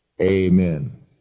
Amen